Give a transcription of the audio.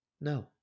No